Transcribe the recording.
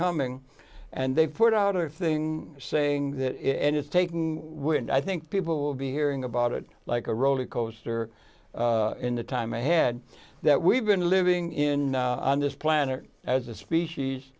coming and they've put out a thing saying that and it's taking which i think people will be hearing about it like a roller coaster in the time i had that we've been living in on this planet as a species